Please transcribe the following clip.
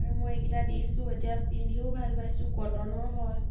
আৰু মই এইকেইটা দিছো এতিয়া পিন্ধিও ভাল পাইছো কটনৰ হয়